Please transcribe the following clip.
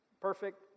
perfect